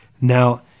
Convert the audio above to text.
Now